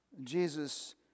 Jesus